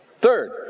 Third